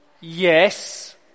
Yes